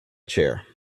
chair